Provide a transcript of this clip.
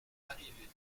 arrivée